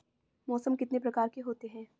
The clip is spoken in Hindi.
मौसम कितने प्रकार के होते हैं?